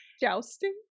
jousting